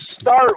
start